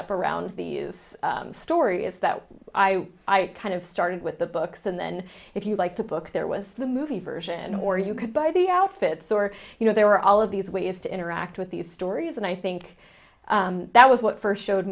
up around these stories that i kind of started with the books and then if you like the book there was the movie version or you could buy the outfits or you know they were all of these ways to interact with these stories and i think that was what first showed